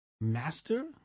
master